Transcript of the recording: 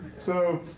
so